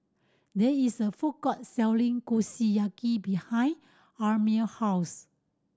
there is a food court selling Kushiyaki behind Amil house